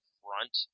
front